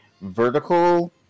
vertical